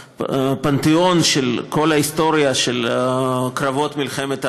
לפנתאון של כל ההיסטוריה של קרבות מלחמת העצמאות,